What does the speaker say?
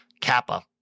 Kappa